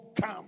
come